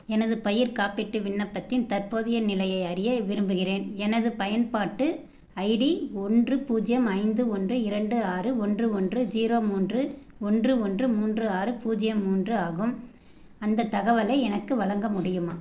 எனது பயிர் காப்பீட்டு விண்ணப்பத்தின் தற்போதைய நிலையை அறிய விரும்புகிறேன் எனது பயன்பாட்டு ஐடி ஒன்று பூஜ்ஜியம் ஐந்து ஒன்று இரண்டு ஆறு ஒன்று ஒன்று ஜீரோ மூன்று ஒன்று ஒன்று மூன்று ஆறு பூஜ்ஜியம் மூன்று ஆகும் அந்த தகவலை எனக்கு வழங்க முடியுமா